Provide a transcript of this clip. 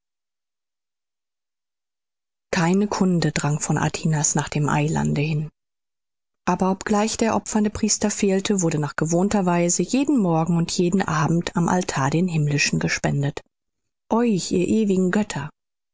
keine kunde drang von atinas nach dem eilande hin aber obgleich der opfernde priester fehlte wurde nach gewohnter weise jeden morgen und jeden abend am altar den himmlischen gespendet euch ihr ewigen götter